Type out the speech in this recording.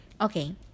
Okay